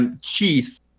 cheese